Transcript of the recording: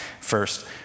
first